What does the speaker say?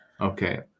Okay